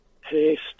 paste